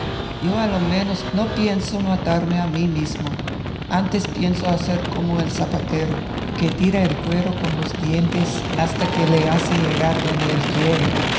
yo a lo menos no pienso matarme a mí mismo antes pienso hacer como el zapatero que tira el cuero con los dientes hasta que le hace llegar donde él quiere